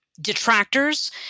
detractors